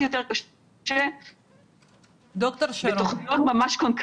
--- לבודד את האנשים בהחלט יותר קשה --- בתוכניות ממש קונקרטיות.